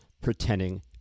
pretending